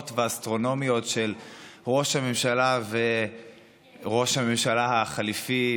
והאסטרונומיות של ראש הממשלה וראש הממשלה החליפי,